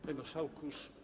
Panie Marszałku!